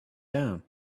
down